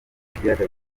k’ibiyaga